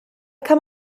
come